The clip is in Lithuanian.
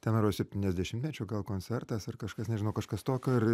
ten atro septyniasdešimtmečio gal koncertas ar kažkas nežinau kažkas tokio ir